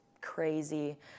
crazy